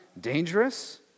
dangerous